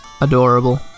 Adorable